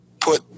put